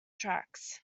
tracks